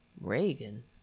Reagan